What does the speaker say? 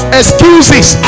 excuses